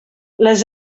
les